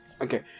Okay